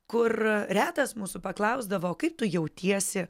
kur retas mūsų paklausdavo kaip tu jautiesi